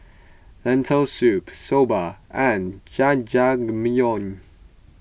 Lentil Soup Soba and Jajangmyeon